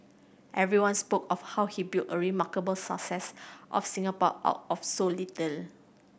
everyone spoke of how he built a remarkable success of Singapore out of so little